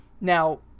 Now